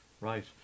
Right